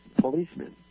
policemen